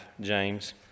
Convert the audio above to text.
James